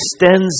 extends